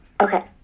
okay